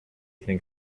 think